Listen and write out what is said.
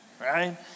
right